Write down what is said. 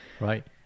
right